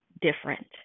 different